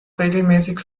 regelmäßig